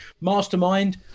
mastermind